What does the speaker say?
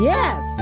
Yes